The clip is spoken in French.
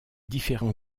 différents